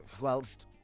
whilst